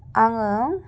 आङो